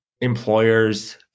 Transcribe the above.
employers